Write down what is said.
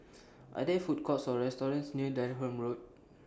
Are There Food Courts Or restaurants near Durham Road